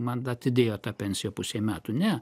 man atidėjo tą pensiją pusei metų ne